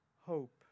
hope